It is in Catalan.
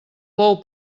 bou